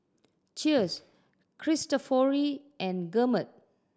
Cheers Cristofori and Gourmet